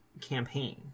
campaign